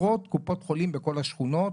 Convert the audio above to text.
קופות חולים בכל השכונות.